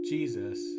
Jesus